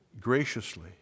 graciously